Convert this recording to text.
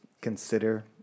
consider